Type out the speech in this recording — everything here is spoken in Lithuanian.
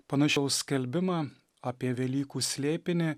panašiau skelbimą apie velykų slėpinį